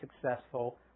successful